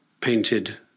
painted